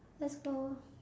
let's go